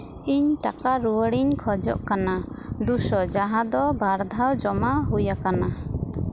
ᱤᱧ ᱴᱟᱠᱟ ᱨᱩᱣᱟᱹᱲᱤᱧ ᱠᱷᱚᱡᱚᱜ ᱠᱟᱱᱟ ᱫᱩᱥᱚ ᱡᱟᱦᱟᱸ ᱫᱚ ᱵᱟᱨ ᱫᱷᱟᱣ ᱡᱚᱢᱟ ᱦᱩᱭ ᱟᱠᱟᱱᱟ